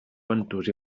ventós